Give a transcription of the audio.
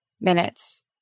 minutes